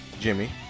Jimmy